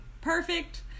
perfect